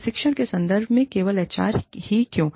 प्रशिक्षण के संदर्भ में केवल एचआर ही क्यों